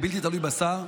הוא בלתי תלוי בשר.